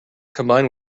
combined